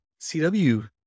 CW